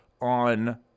on